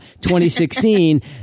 2016